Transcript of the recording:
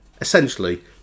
essentially